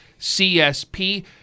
CSP